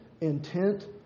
intent